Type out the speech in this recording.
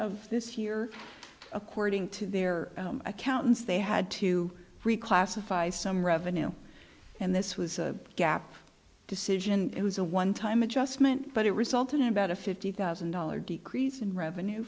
of this year according to their accountants they had to reclassify some revenue and this was a gap decision it was a one time adjustment but it resulted in about a fifty thousand dollars decrease in revenue